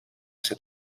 ser